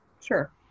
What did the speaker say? sure